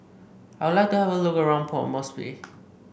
I would like to have a look around Port Moresby